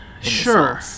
Sure